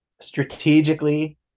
strategically